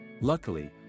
Luckily